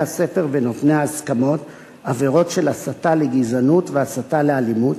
הספר ונותני ההסכמות עבירות של הסתה לגזענות והסתה לאלימות.